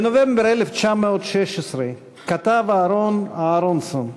בנובמבר 1916 כתב אהרן אהרונסון,